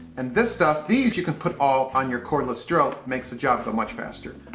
and this stuff, these, you can put all on your cordless drill. makes the job so much faster.